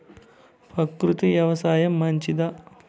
ప్రకృతి వ్యవసాయం మంచిదా?